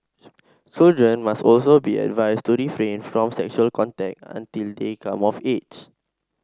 children must also be advised to refrain from sexual contact until they come of age